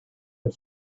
the